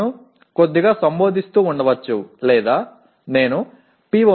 வை சிறிதளவு விவரித்துக்கொண்டிருக்கலாம் அல்லது நான் ஒரு PO